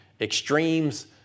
extremes